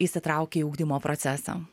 įsitraukia į ugdymo procesą